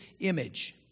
image